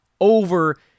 over